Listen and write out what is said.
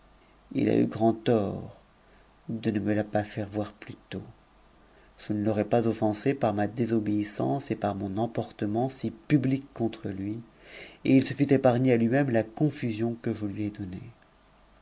a eu grand tort de ne me la pas faire voir plus tôt je ne l'aurais pas offensé par ma désobéissance et par mon emportement si public contre lui et il se fut épargné à lui-même la confusion que je lui ai donnée